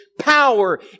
Power